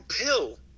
pill